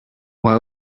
why